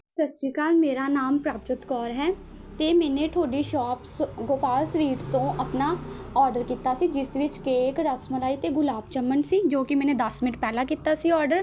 ਸਤਿ ਸ਼੍ਰੀ ਅਕਾਲ ਮੇਰਾ ਨਾਮ ਪ੍ਰਭਜੋਤ ਕੌਰ ਹੈ ਅਤੇ ਮੈਨੇ ਤੁਹਾਡੇ ਸ਼ੋਪਸ ਗੋਪਾਲ ਸਵੀਟਸ ਤੋਂ ਆਪਣਾ ਔਡਰ ਕੀਤਾ ਸੀ ਜਿਸ ਵਿੱਚ ਕੇਕ ਰਸ ਮਲਾਈ ਅਤੇ ਗੁਲਾਬ ਜਾਮਣ ਸੀ ਜੋ ਕਿ ਮੈਨੇ ਦਸ ਮਿੰਟ ਪਹਿਲਾਂ ਕੀਤਾ ਸੀ ਔਡਰ